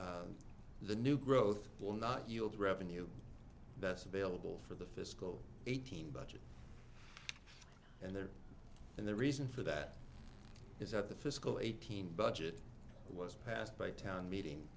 v the new growth will not yield revenue that's available for the fiscal eighteen budget and there and the reason for that is that the fiscal eighteen budget was passed by town meeting